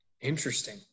Interesting